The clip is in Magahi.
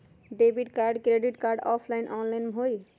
Debit card credit card offline online होई?